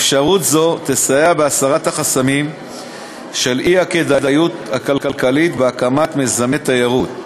אפשרות זו תסייע בהסרת החסמים של אי-כדאיות כלכלית בהקמת מיזמי תיירות.